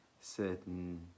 certain